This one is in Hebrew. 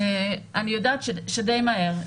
אני יודעת שדי מהר.